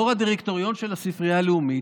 יו"ר הדירקטוריון של הספרייה הלאומית,